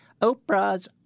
Oprah's